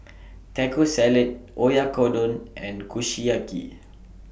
Taco Salad Oyakodon and Kushiyaki